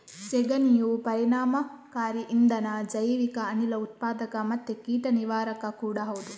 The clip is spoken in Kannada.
ಸೆಗಣಿಯು ಪರಿಣಾಮಕಾರಿ ಇಂಧನ, ಜೈವಿಕ ಅನಿಲ ಉತ್ಪಾದಕ ಮತ್ತೆ ಕೀಟ ನಿವಾರಕ ಕೂಡಾ ಹೌದು